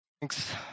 Thanks